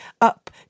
up